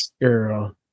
Girl